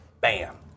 Bam